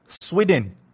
Sweden